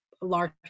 large